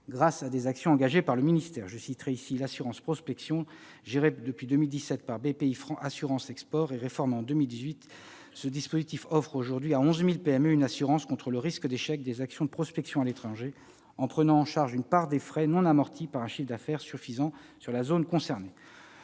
grâce à des actions engagées par le ministère. Je citerai ici l'assurance prospection. Géré depuis 2017 par Bpifrance Assurance Export, et réformé en 2018, ce dispositif offre aujourd'hui à 11 000 PME une assurance contre le risque d'échec des actions de prospection à l'étranger, en prenant en charge une part des frais non amortis par un chiffre d'affaires suffisant sur la zone concernée.